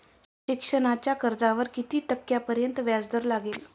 शिक्षणाच्या कर्जावर किती टक्क्यांपर्यंत व्याजदर लागेल?